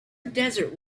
desert